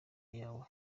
yawe